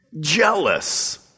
jealous